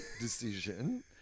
decision